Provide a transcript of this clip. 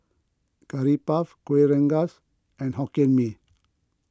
Curry Puff Kuih Rengas and Hokkien Mee